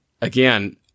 again